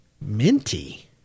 minty